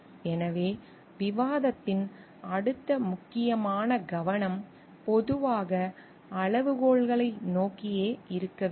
எனவே விவாதத்தின் அடுத்த முக்கியமான கவனம் பொதுவாக அளவுகோல்களை நோக்கியே இருக்க வேண்டும்